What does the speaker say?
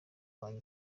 wanyu